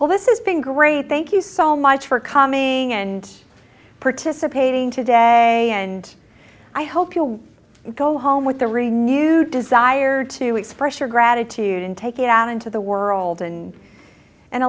well this is been great thank you so much for coming in and participating today and i hope you'll go home with the really new desire to express your gratitude and take it out into the world and and